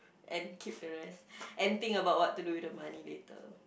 and keep the rest and think about what to do with the money later